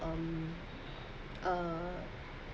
um uh